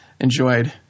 enjoyed